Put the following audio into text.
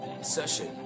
session